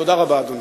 תודה רבה, אדוני.